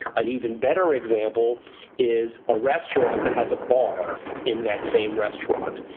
and even better example is a restaurant that has a bar in that same restaurant.